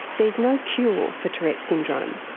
there's no cure for tourette's syndrome,